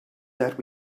that